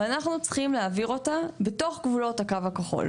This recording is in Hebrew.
ואנחנו צריכים להעביר אותה בתוך גבולות הקו הכחול.